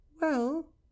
Well